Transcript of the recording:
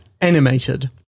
animated